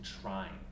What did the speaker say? trying